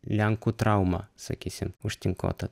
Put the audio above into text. lenkų trauma sakysim užtinkuota